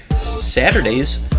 Saturdays